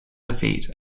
defeat